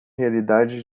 realidade